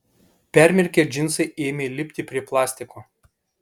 permirkę džinsai ėmė lipti prie plastiko